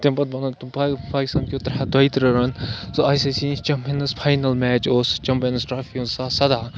تَمہِ پَتہٕ بنووُکھ تِم پا پاکِستانکیو ترٛےٚ ہَتھ دۄیہِ تٕرٛہ رَنہٕ سُہ I C C champions final match اوس سُہ چَمپِیَنٕز ٹرٛافی زٕ ساس سَداہ